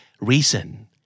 Reason